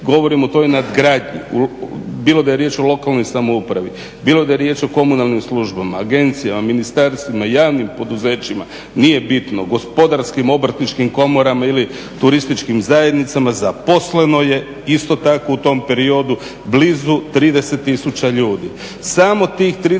govorim o toj nadgradnji, bilo da je riječ o lokalnoj samoupravi, bilo da je riječ o komunalnim službama, agencijama, ministarstvima i javnim poduzećima, nije bitno, gospodarskim, obrtničkim komorama ili turističkim zajednicama, zaposleno je isto tako u tom periodu blizu 30 000 ljudi.